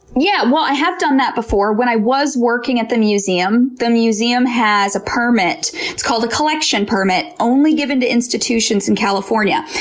yeah i have done that before when i was working at the museum. the museum has a permit called a collection permit, only given to institutions in california.